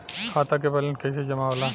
खाता के वैंलेस कइसे जमा होला?